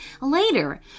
Later